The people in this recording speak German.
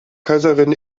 kaiserin